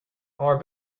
our